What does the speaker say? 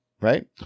right